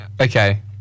Okay